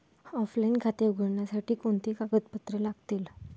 Offline खाते उघडण्यासाठी कोणती कागदपत्रे लागतील?